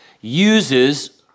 uses